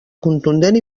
contundent